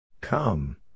Come